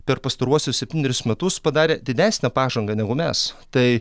per pastaruosius septynerius metus padarė didesnę pažangą negu mes tai